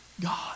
God